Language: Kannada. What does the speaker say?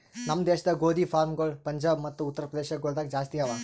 ನಮ್ ದೇಶದಾಗ್ ಗೋದಿ ಫಾರ್ಮ್ಗೊಳ್ ಪಂಜಾಬ್ ಮತ್ತ ಉತ್ತರ್ ಪ್ರದೇಶ ಗೊಳ್ದಾಗ್ ಜಾಸ್ತಿ ಅವಾ